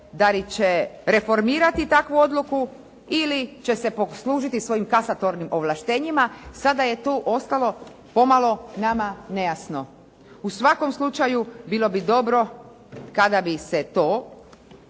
da li će reformirati takvu odluku ili će se poslužiti svojim kasatornim ovlaštenjima sada je tu ostalo pomalo nama nejasno. U svakom slučaju bilo bi dobro kada bi se to,